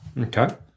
Okay